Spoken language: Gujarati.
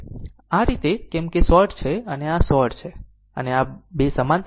અને આ રીતે કેમ કે આ શોર્ટ છે અને આ શોર્ટ છે આ 2 સમાંતર છે